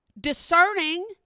discerning